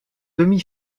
demi